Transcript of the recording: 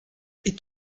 est